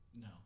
No